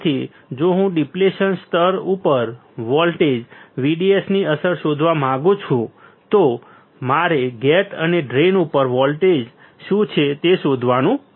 તેથી જો હું ડિપ્લેશન સ્તર ઉપર વોલ્ટેજ VDS ની અસર શોધવા માંગુ છું તો મારે ગેટ અને ડ્રેઇન ઉપર વોલ્ટેજ શું છે તે શોધવાનું હતું